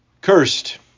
Cursed